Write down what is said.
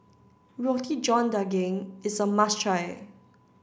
Roti John Daging is a must try